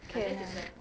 can lah